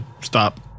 stop